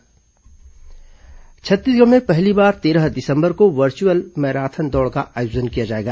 virtual marathon Chhattisgarh में पहली बार तेरह दिसंबर को वर्च्यअल मैराथन दौड़ का आयोजन किया जाएगा